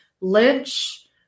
Lynch